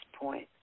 point